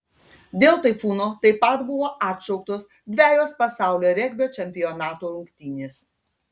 dėl taifūno taip pat buvo atšauktos dvejos pasaulio regbio čempionato rungtynės